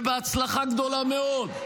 ובהצלחה גדולה מאוד,